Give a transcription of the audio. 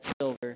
silver